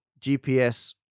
GPS